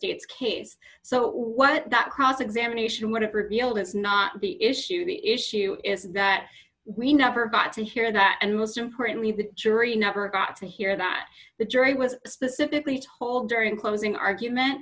state's case so what that cross examination would have revealed it's not the issue the issue is that we never got to hear that and most importantly the jury never got to hear that the jury was specifically told during closing argument